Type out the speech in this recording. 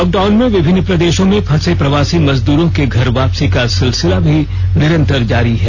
lockdown में विभिन्न प्रदेशों में फंसे प्रवासी मजदूरों के घर वापसी का सिलसिला भी निरंतर जारी है